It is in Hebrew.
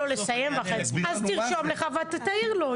תרשום לך ותעיר לו.